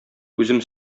үзем